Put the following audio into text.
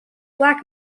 black